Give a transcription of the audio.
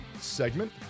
segment